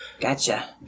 Gotcha